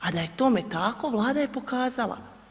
A da je tome tako Vlada je pokazala.